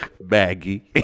Baggy